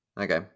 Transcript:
Okay